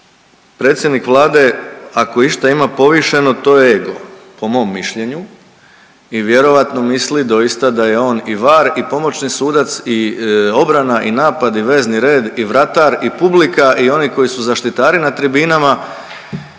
Predsjednik Vlade ako išta ima povišeno to je ego, po mom mišljenju i vjerojatno misli da je od doista i var i pomoćni sudac i obrana i napad i vezni red i vratar i publika i oni koji su zaštitari na tribinama